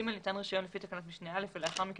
ניתן רישיון לפי תקנת משנה (א) ולאחר מכן